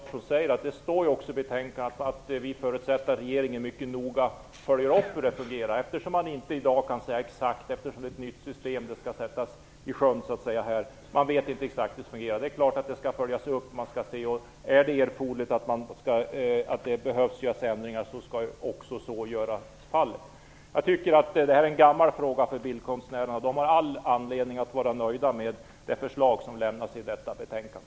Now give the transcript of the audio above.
Fru talman! Jag kan bara instämma i det som Ewa Larsson säger. Det står också i betänkandet att utskottet förutsätter att regeringen mycket noga följer upp hur det hela fungerar, eftersom man i dag inte exakt kan förutse hur det blir. Det är ju ett nytt system som skall sättas i sjön. Det är klart att det skall göras en uppföljning. Om det sedan är erforderligt med ändringar skall också sådana göras. Det här är en gammal fråga för bildkonstnärerna. De har all anledning att vara nöjda med det förslag som presenteras i detta betänkande.